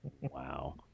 Wow